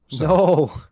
No